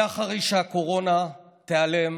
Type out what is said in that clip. הרבה אחרי שהקורונה תיעלם